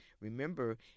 remember